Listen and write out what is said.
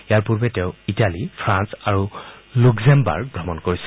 ইয়াৰ পূৰ্বে তেওঁ Italy France আৰু লুস্কেমবাৰ্গ ভ্ৰমণ কৰিছিল